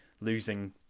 losing